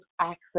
access